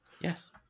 Yes